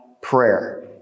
prayer